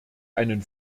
einen